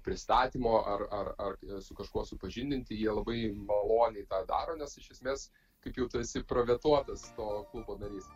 pristatymo ar ar ar su kažkuo supažindinti jie labai maloniai tą daro nes iš esmės kaip jau tu esi provetuotas to klubo narys